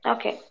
Okay